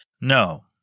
No